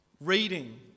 reading